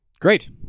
Great